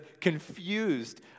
confused